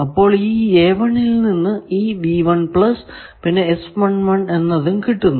അപ്പോൾ ഈ ൽ നിന്ന് ഈ പിന്നെ എന്നതും കിട്ടുന്നു